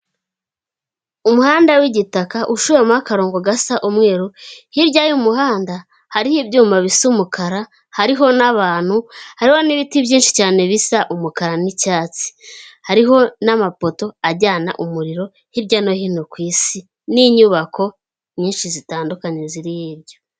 Umuhanda w'igitaka ushoyemo akarongo gasa umweru, hirya y'umuhanda hariho ibyuma bisa umukara hariho n'abantu, hariho n'ibiti byinshi cyane bisa umukara n'icyatsi. Hariho n'amapoto ajyana umuriro hirya no hino ku isi n'inyubako nyinshi zitandukanye ziri hirya.